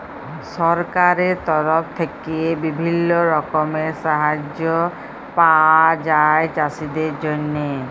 সরকারের তরফ থেক্যে বিভিল্য রকমের সাহায্য পায়া যায় চাষীদের জন্হে